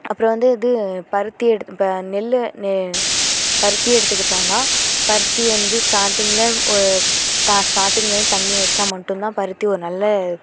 அப்புறம் வந்து இது பருத்தி எடுத்து இப்போ நெல் நெ பருத்தி எடுத்துக்கிட்டோன்னால் பருத்தி வந்து ஸ்டார்ட்டிங்கில் ஓ தா ஸ்டார்ட்டிங்லேருந்து தண்ணி வைச்சா மட்டும் தான் பருத்தி ஒரு நல்ல